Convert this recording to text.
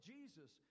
Jesus